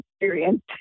experience